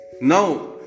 Now